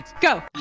go